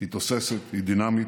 היא תוססת והיא דינמית.